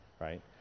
right